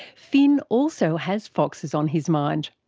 finn also has foxes on his mind.